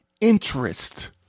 interest